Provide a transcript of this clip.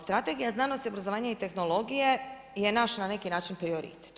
Strategija znanosti, obrazovanja i tehnologije, je naš na neki način prioritet.